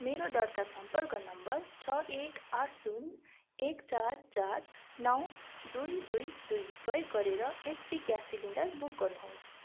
मेरो दर्ता सम्पर्क नम्बर छ एक आठ शून्य एक चार चार नौ दुई दुई दुई प्रयोग गरेर एचपी ग्यास सिलिन्डर बुक गर्नुहोस्